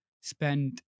spend